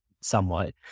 somewhat